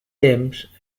temps